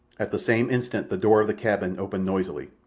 at the same instant the door of the cabin opened noisily.